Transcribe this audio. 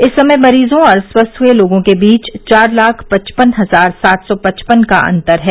इस समय मरीजों और स्वस्थ हुए लोगों के बीच चार लाख पचपन हजार सात सौ पचपन का अंतर है